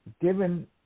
Given